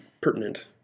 pertinent